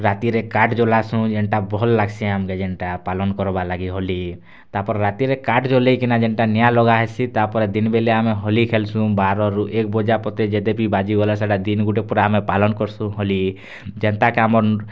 ରାତିରେ କାଠ୍ ଜଲାସୁଁ ଯେନ୍ଟା ଭଲ୍ ଲାଗ୍ସି ଆମ୍କେ ଯେନ୍ଟା ପାଲନ୍ କର୍ବାର୍ ଲାଗି ହୋଲି ତା'ର୍ପରେ ରାତିରେ କାଠ୍ ଜଲେଇକିନା ଯେନ୍ଟା ନିଆଁ ଲଗାହେସି ତା'ର୍ପରେ ଦିନ୍ ବେଲେ ଆମେ ହୋଲି ଖେଲ୍ସୁଁ ବାରରୁ ଏକ୍ବଜା ପ୍ରତି ଯେତେ ବି ବାଜି ଗଲା ସେଟା ଦିନ୍ ଗୋଟେ ପୁରା ଆମେ ପାଲନ୍ କର୍ସୁଁ ହୋଲି ଯେନ୍ତା କେ ଆମର୍